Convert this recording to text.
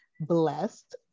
blessed